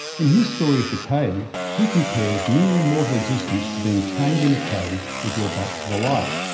in his story of the cave, he compares mere mortal existence to being chained in a cave with your back to the light.